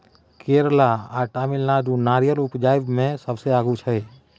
केरल आ तमिलनाडु नारियर उपजाबइ मे सबसे आगू छै